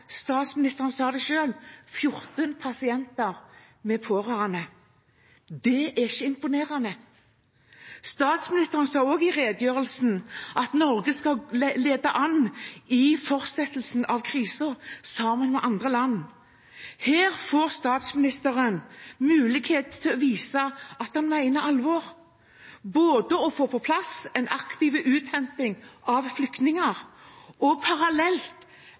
statsministeren sa det selv: 14 pasienter med pårørende. Det er ikke imponerende. Statsministeren sa også i redegjørelsen at Norge skal lede an i fortsettelsen av krisen sammen med andre land. Her får statsministeren mulighet til å vise at han mener alvor med å få på plass både en aktiv uthenting av flyktninger og parallelt